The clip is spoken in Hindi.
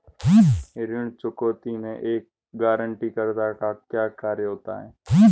ऋण चुकौती में एक गारंटीकर्ता का क्या कार्य है?